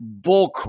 bullcrap